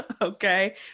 okay